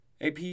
AP